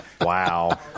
Wow